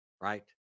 Right